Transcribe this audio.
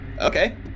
Okay